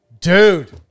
Dude